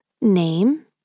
Name